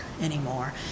anymore